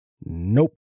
Nope